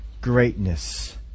greatness